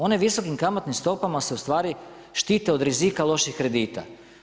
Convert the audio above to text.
One visokim kamatnim stopama se ustvari štite od rizika loših kredita.